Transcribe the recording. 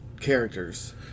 characters